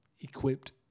equipped